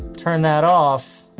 turn that off.